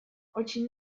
очень